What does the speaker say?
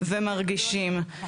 רואים ומרגישים,